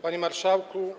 Panie Marszałku!